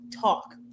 Talk